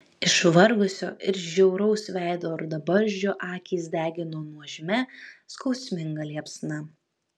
išvargusio ir žiauraus veido rudabarzdžio akys degino nuožmia skausminga liepsna